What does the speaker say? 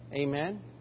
Amen